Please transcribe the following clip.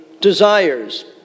desires